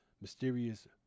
mysterious